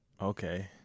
Okay